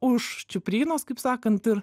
už čiuprynos kaip sakant ir